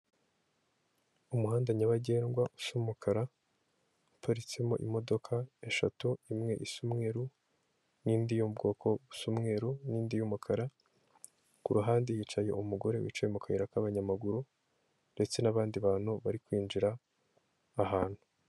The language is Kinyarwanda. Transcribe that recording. Umuhanda nyabagendwa usa umukara haparitsemo imodoka eshatu; imwe isa umweru n'indi yo m'ubwoko isa umweruru n'indi y'umukara, k'uruhande yicaye umugore wicaye mu kayira k'abanyamaguru ndetse n'abandi bantu bari kwinjira ahantu.